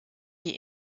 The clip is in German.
die